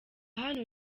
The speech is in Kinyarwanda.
hano